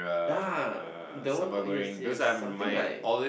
yea the one yes yes something like